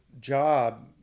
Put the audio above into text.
job